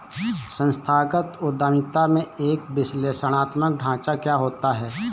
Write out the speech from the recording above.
संस्थागत उद्यमिता में एक विश्लेषणात्मक ढांचा क्या होता है?